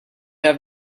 have